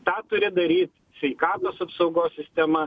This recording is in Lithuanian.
tą turi daryt sveikatos apsaugos sistema